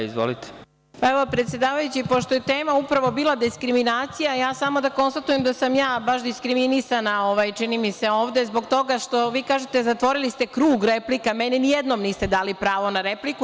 Evo predsedavajući, pošto je tema upravo bila diskriminacija, samo da konstatujem da sam ja baš diskriminisana čini mi se ovde zbog toga što kažete zatvorili ste krug replika, a meni ni jednom niste dali pravo na repliku.